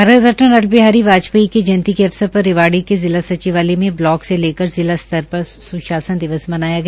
भारत रतन अटल बिहारी वाजपेयी की जयंती के अवसर पर रेवाड़ी के जिला सचिवालय में ब्लॉक से लेकर जिला स्त्र पर स्शासन दिवस मनाया गया